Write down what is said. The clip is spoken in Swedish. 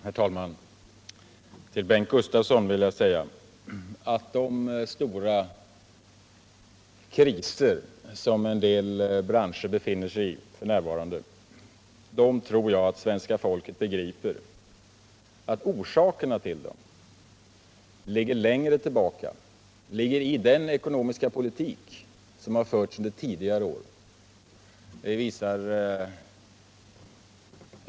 Herr talman! Till Bengt Gustavsson vill jag säga att jag tror att svenska folket begriper att orsakerna till de stora kriser som en del branscher f.n. befinner sig i ligger längre tillbaka i tiden och beror på den ekonomiska politik som förts under tidigare år.